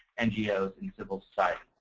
ngos and civil society.